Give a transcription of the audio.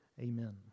Amen